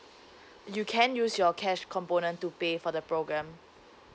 you can use your cash component to pay for the program